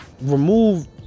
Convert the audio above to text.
remove